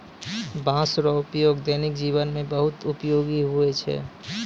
बाँस रो उपयोग दैनिक जिवन मे बहुत उपयोगी हुवै छै